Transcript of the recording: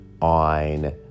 on